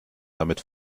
damit